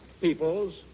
peoples